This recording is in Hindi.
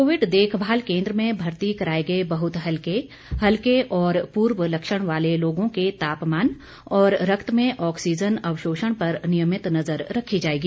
कोविड देखभाल केंद्र में भर्ती कराए गए बहुत हल्के हल्के और पूर्व लक्ष्ण वाले लोगों के तापमान और रक्त में ऑक्सीजन अवशोषण पर नियमित नजर रखी जाएगी